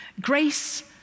Grace